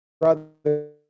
brother